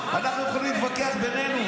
אנחנו יכולים להתווכח בינינו,